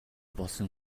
болсон